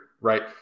right